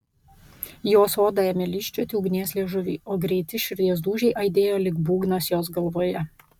jos odą ėmė lyžčioti ugnies liežuviai o greiti širdies dūžiai aidėjo lyg būgnas jos galvoje